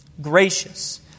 gracious